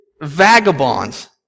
vagabonds